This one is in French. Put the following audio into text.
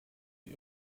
les